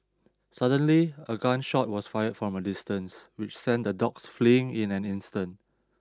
suddenly a gun shot was fired from a distance which sent the dogs fleeing in an instant